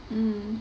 mm